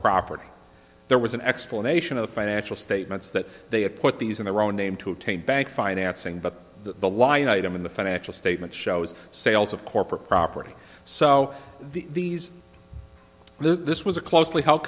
property there was an explanation of financial statements that they had put these in their own name to obtain bank financing but that the line item in the financial statement shows sales of corporate property so these this was a closely held